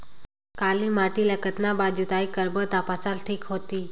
काली माटी ला कतना बार जुताई करबो ता फसल ठीक होती?